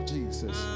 Jesus